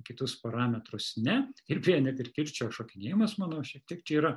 kitus parametrus ne ir beje net ir kirčio šokinėjimas manau šie tiek čia yra